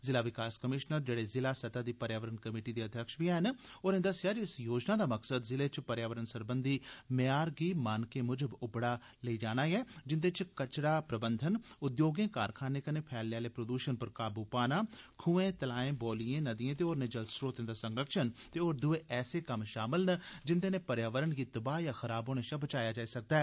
जिला विकास कमिशनर जेड़े जिला सतह दी पर्यावरण कमेटी दे अध्यक्ष बी हैन होरें दस्सेया जे इस योजना दा मकसद जिले च पर्यावरण सरबंधी म्यार गी मानकें मुजब उबड़ा लेई जाना ऐ जिंदे च कचरा प्रबंधन उद्योगें कारखाने कन्ने फैलने आले प्रदूषण पर काबू पाना खुए तलाए बौलिए नदिए ते होरने जल स्रोते दा संरक्षण ते होर दुए ऐसे कम्म शामल न जिंदे नै पर्यावरण गी तबाह या खराब होने शा बचाया जाई सकदा ऐ